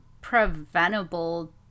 preventable